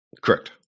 Correct